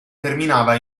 terminava